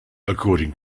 according